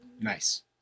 nice